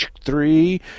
three